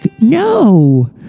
No